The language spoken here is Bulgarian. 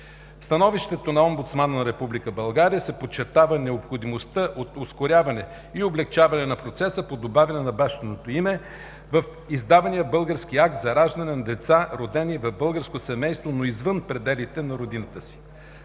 становището на омбудсмана на Република България се подчертава необходимостта от ускоряване и облекчаване на процеса по добавяне на бащиното име в издавания български акт за раждане на деца, родени в българско семейство, но извън пределите на родината си.